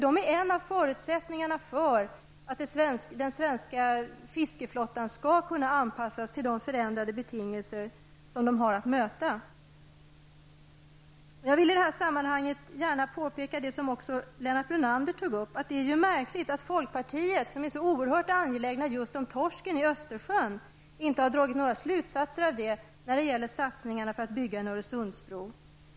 Det är en av förutsättningarna för att den svenska fiskeflottan skall kunna anpassas till de förändrade betingelser som den har att möta. Jag vill i det sammanhanget gärna påpeka det som Lennart Brunander tog upp. Det är märkligt att folkpartiet, som är så oerhört angelägen om torsken i Östersjön, inte har dragit några slutsatser av det när det gäller satsningarna för att bygga en Öresundsbro.